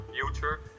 future